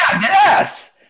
yes